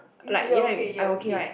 is you you are okay you're okay